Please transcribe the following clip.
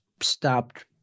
stopped